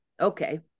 Okay